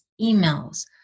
emails